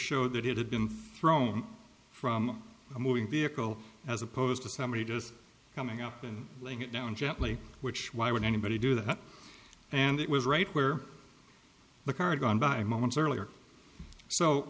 showed that it had been thrown from a moving vehicle as opposed to somebody just coming up and down gently which why would anybody do that and it was right where the car going by moments earlier so